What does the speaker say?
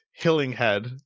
Hillinghead